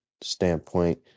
standpoint